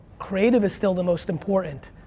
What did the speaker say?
creative is still the most important,